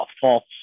false